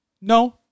No